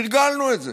תרגלנו את זה.